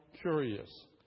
curious